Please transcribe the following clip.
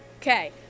Okay